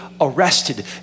arrested